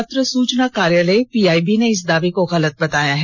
पत्र सूचना कार्यालय पीआईबी ने इस दावे को गलत बताया है